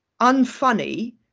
unfunny